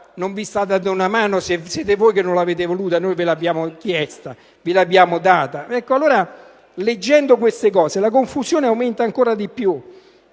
non vi sta dando una mano, se siete voi che non l'avete voluta, mentre noi ve l'abbiamo data?». Leggendo queste cose, la confusione aumenta ancora di più.